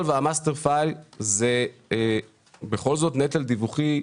file זה בכל זאת נטל דיווחי.